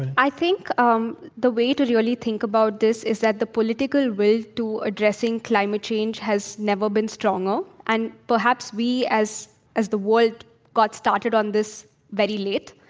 and i think um the way to really think about this is that the political way to addressing climate change has never been stronger, and perhaps we as as the world got started on this very late,